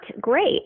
great